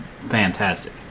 fantastic